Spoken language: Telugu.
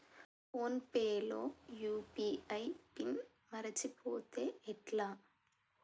ఫోన్ పే లో యూ.పీ.ఐ పిన్ మరచిపోతే ఎట్లా?